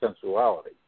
sensuality